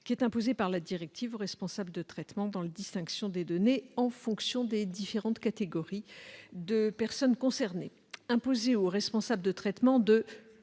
résultat, imposée par la directive aux responsables de traitement dans la distinction des données en fonction des différentes catégories de personnes concernées. Imposer au responsable du traitement de